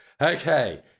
Okay